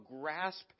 grasp